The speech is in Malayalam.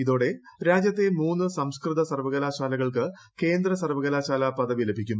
ഇതോടെ രാജ്യത്തെ മൂന്ന് സംസ്കൃത സർവ്വകലാശാലകൾക്ക് കേന്ദ്ര സർവ്വകലാശാല പദവി ലഭിക്കും